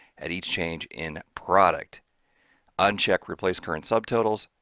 at each change in product uncheck replace current subtotals,